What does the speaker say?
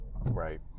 Right